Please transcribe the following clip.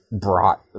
brought